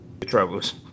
Troubles